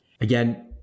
Again